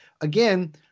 again